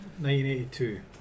1982